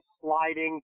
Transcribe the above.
sliding